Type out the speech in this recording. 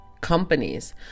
companies